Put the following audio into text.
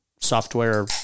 software